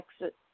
exit